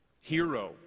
hero